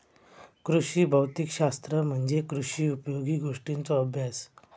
कृषी भौतिक शास्त्र म्हणजे कृषी उपयोगी गोष्टींचों अभ्यास